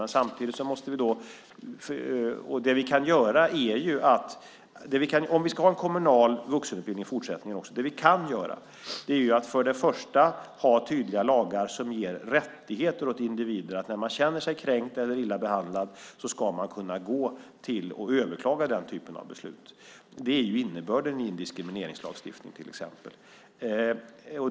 Det vi kan göra om vi ska ha en kommunal vuxenutbildning också i fortsättningen är att för det första ha tydliga lagar som ger rättigheter åt individer; när man känner sig kränkt eller illa behandlad ska man kunna överklaga den typen av beslut. Det är innebörden i en diskrimineringslagstiftning till exempel.